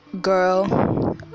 girl